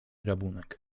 rabunek